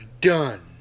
done